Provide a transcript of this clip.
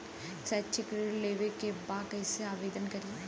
शैक्षिक ऋण लेवे के बा कईसे आवेदन करी?